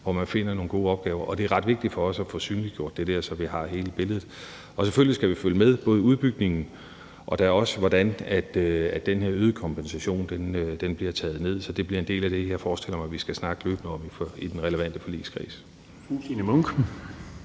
hvor man finder nogle gode opgaver. Og det er ret vigtigt for os at få synliggjort det, så vi har hele billedet. Og selvfølgelig skal vi følge med, både i udbygningen og da også i, hvordan den her øgede kompensation bliver taget ned. Så det bliver en del af det, jeg forestiller mig vi skal snakke løbende om i den relevante forligskreds.